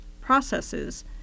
processes